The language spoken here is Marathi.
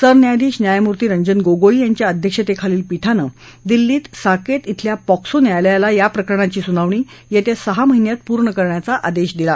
सरन्यायाधीश न्यायमूर्ती रंजन गोगोई यांच्या अध्यक्षतेखालील पीठानं दिल्लीत साकेत शिल्या पॉक्सो न्यायालयाला या प्रकरणाची सुनावणी येत्या सहा महिन्यात पूर्ण करण्याचा आदेश दिला